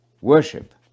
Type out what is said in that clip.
worship